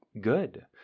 good